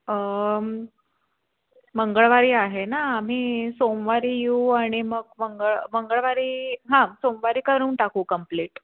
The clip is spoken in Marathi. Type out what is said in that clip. मंगळवारी आहे ना आम्ही सोमवारी येऊ आणि मग मंगळ मंगळवारी हां सोमवारी करून टाकू कंप्लीट